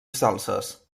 salses